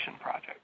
project